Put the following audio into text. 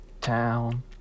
town